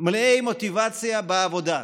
מלאי מוטיבציה בעבודה,